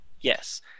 Yes